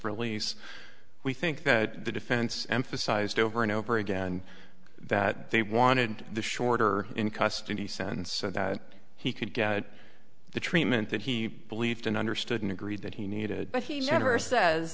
release we think that the defense emphasized over and over again that they wanted the shorter in custody sense so that he could get the treatment that he believed and understood and agreed that he needed but he never says